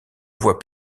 voie